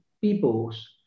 peoples